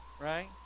right